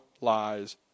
lies